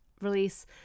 release